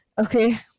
okay